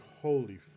holy